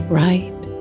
right